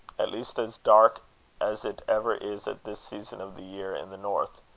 at least as dark as it ever is at this season of the year in the north.